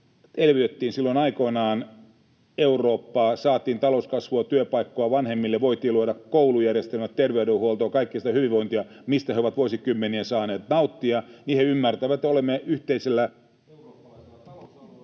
elvytettiin silloin aikoinaan Eurooppaa, saatiin talouskasvua, työpaikkoja vanhemmille, voitiin luoda koulujärjestelmät, terveydenhuolto, kaikkea sitä hyvinvointia, mistä he ovat vuosikymmeniä saaneet nauttia, niin he ymmärtävät, että olemme yhteisellä eurooppalaisella talousalueella...